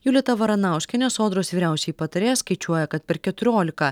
julita varanauskienė sodros vyriausioji patarėja skaičiuoja kad per keturiolika